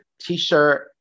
t-shirt